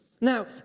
Now